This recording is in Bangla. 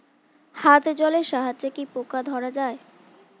হাত জলের সাহায্যে কি পোকা ধরা যায়?